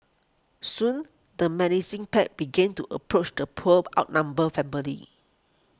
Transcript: soon the menacing pack began to approach the poor outnumbered family